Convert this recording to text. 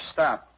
Stop